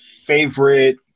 Favorite